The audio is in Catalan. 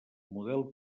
model